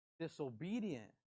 disobedient